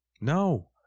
No